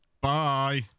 bye